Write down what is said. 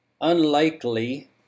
unlikely